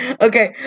Okay